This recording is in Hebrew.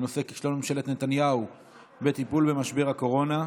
בנושא: כישלון ממשלת נתניהו בטיפול במשבר הקורונה.